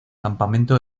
campamento